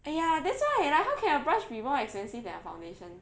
!aiya! that's why like how can a brush be more expensive than a foundation a short